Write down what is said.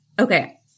Okay